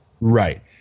right